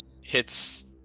hits